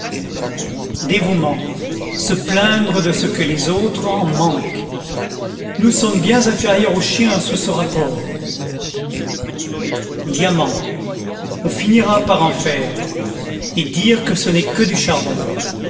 dévouement se plaindre de ce que les autres en manquent nous sommes bien inférieurs au chien sous ce rapport diamant on finira par en faire et dire que ce n'est que du charbon